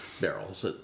barrels